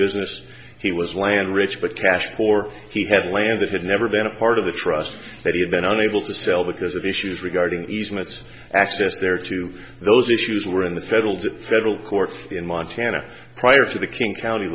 business he was land rich but cash for he had land that had never been a part of the trust that he had been unable to sell because of issues regarding easements access there to those issues were in the federal the federal court in montana prior to the king county